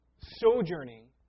sojourning